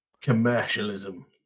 commercialism